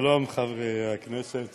לפרוטוקול, חברת הכנסת